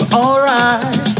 alright